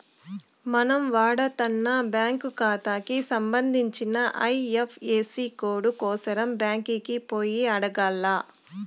మనం వాడతన్న బ్యాంకు కాతాకి సంబంధించిన ఐఎఫ్ఎసీ కోడు కోసరం బ్యాంకికి పోయి అడగాల్ల